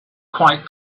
quite